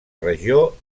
regió